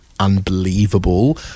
unbelievable